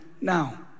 now